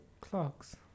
clocks